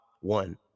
one